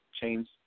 change